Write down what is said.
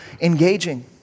engaging